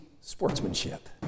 sportsmanship